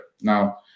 now